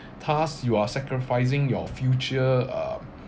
thus you are sacrificing your future uh